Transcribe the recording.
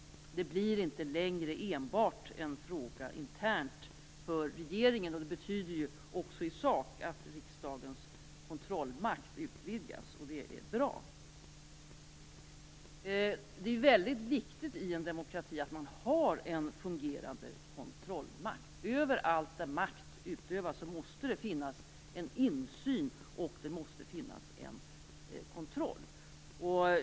Det blir inte längre enbart en intern fråga för regeringen. Det betyder också i sak att riksdagens kontrollmakt utvidgas, och det är bra. Det är mycket viktigt i en demokrati att man har en fungerande kontrollmakt. Överallt där makt utövas måste det finnas en insyn, och det måste finnas en kontroll.